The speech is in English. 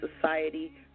society